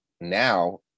now